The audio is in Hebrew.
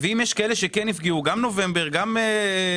ואם יש כאלה שכן נפגעו גם בנובמבר וגם בדצמבר?